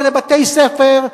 ולבתי-ספר,